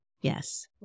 Yes